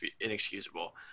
inexcusable